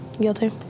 Guilty